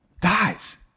dies